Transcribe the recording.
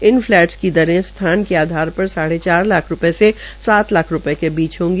इन flats की दरें स्थान के आधार पर साढ़े चार लाख से सात लाख रूपये की बीच होंगी